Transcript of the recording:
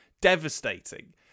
devastating